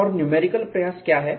और न्यूमेरिकल प्रयास क्या है